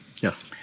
Yes